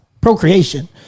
procreation